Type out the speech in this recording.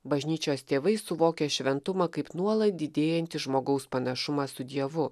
bažnyčios tėvai suvokia šventumą kaip nuolat didėjantį žmogaus panašumą su dievu